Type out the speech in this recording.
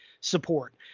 support